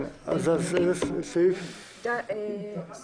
קוטלר וונש על ההמלצה לשמש כיושבת-ראש הוועדה